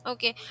Okay